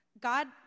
God